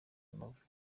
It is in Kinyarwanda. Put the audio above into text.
amavubi